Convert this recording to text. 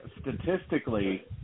statistically